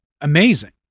amazing